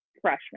freshman